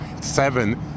seven